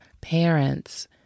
parents